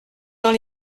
dans